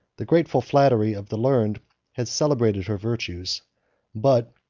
the grateful flattery of the learned has celebrated her virtues but,